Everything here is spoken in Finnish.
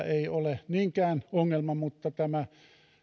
ei vielä ole niinkään ongelma mutta tämä